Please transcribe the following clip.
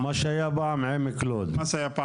מה שהיה פעם עמק לוד,